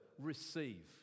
receive